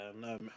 no